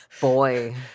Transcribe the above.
boy